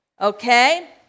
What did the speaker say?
Okay